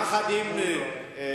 יחד עם חוטובלי,